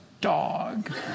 dog